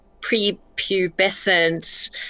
prepubescent